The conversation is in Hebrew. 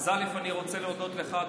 אז ראשית אני רוצה להודות לך,